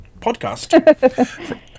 podcast